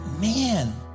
man